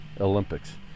Olympics